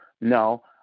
No